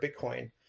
Bitcoin